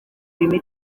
rwanda